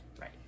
Right